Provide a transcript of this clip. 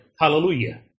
Hallelujah